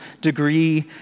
degree